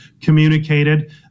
communicated